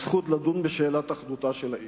הזכות לדון בשאלת אחדותה של העיר.